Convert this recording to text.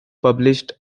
published